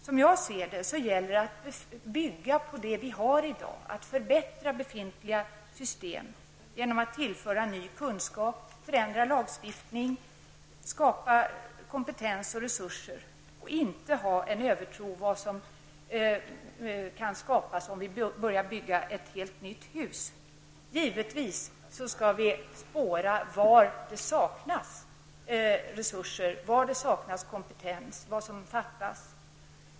Som jag ser det gäller det att bygga på det som vi har i dag, att förbättra befintliga system genom att tillföra ny kunskap, förändra lagstiftning, skapa kompetens och resurser och inte ha en övertro på vad som kan skapas om vi börjar bygga ett helt nytt hus. Givetvis skall vi spåra var det saknas resurser och kompetens samt se efter vad som fattas.